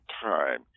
time